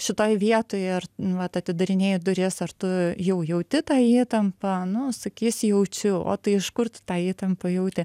šitoj vietoj ir nu vat atidarinėji duris ar tu jau jauti tą įtampą nu sakys jaučiu o tai iš kur tu tą įtampą jauti